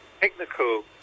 technical